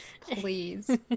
please